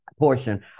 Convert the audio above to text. portion